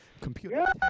computer